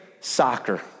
soccer